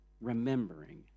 remembering